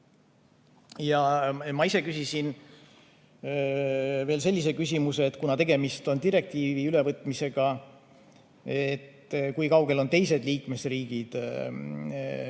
Ma ise küsisin veel sellise küsimuse, et kuna tegemist on direktiivi ülevõtmisega, siis kui kaugel on teised liikmesriigid selles